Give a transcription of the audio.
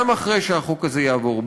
גם אחרי שהחוק הזה יעבור,